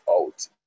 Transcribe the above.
out